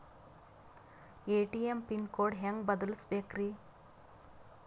ATM pin code ಹೆಂಗ್ ಬದಲ್ಸ್ಬೇಕ್ರಿ?